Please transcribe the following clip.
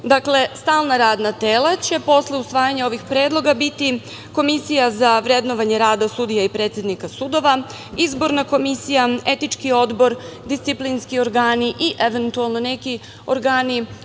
suda. Dakle, stalna radna tela će posle usvajanja ovih predloga biti komisija za vrednovanje rada sudija i predsednika sudova, izborna komisija, etički odbor, disciplinski organi i eventualno neki organi,